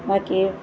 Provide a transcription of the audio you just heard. ମକେ